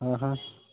হয় হয়